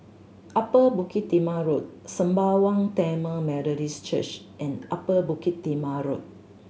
Upper Bukit Timah Road Sembawang Tamil Methodist Church and Upper Bukit Timah Road